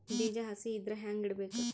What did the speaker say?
ಬೀಜ ಹಸಿ ಇದ್ರ ಹ್ಯಾಂಗ್ ಇಡಬೇಕು?